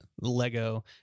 Lego